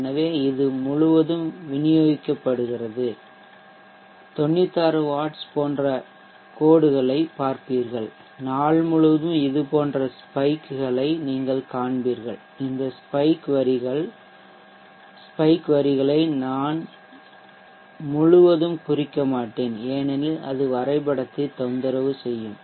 எனவே இது முழுவதும் விநியோகிக்கப்படுகிறது 96 வாட்ஸ் போன்ற கோடுகளைப் பார்ப்பீர்கள் நாள் முழுவதும் இது போன்ற ஸ்பைக் களை கூர்மையான வரிகளை நீங்கள் காண்பீர்கள் இந்த ஸ்பைக் வரிகளை நான் முழுவதும் குறிக்க மாட்டேன் ஏனெனில் அது வரைபடத்தைத் தொந்தரவு செய்யும்